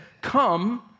Come